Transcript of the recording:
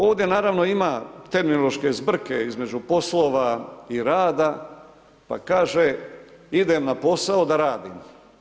Ovdje naravno ima terminološke zbrke između poslova i rada, pa kaže idem na posao da radim.